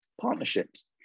Partnerships